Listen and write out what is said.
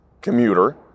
commuter